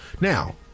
now